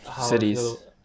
cities